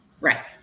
Right